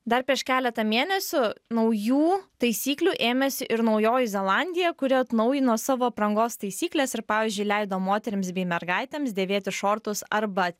dar prieš keletą mėnesių naujų taisyklių ėmėsi ir naujoji zelandija kuri atnaujino savo aprangos taisykles ir pavyzdžiui leido moterims bei mergaitėms dėvėti šortus arba